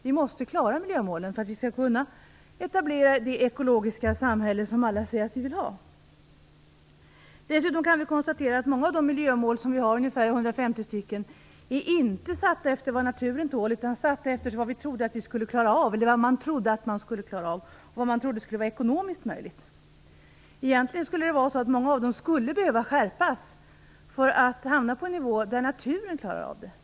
Vi måste klara miljömålen för att vi skall kunna etablera det ekologiska samhälle som alla säger att vi vill ha. Dessutom kan vi konstatera att många av de miljömål som vi har, ungefär 150 stycken, inte är satta efter vad naturen tål. De är satta efter vad man trodde att man skulle klara av och vad man trodde skulle vara ekonomiskt möjligt. Egentligen skulle många av dem behöva skärpas för att hamna på en nivå där naturen klarar av dem.